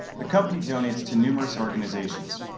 the company donates to numerous organizations.